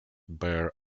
bear